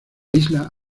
isla